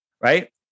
Right